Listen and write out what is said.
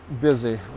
busy